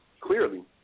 clearly